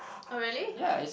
oh really I